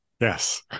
Yes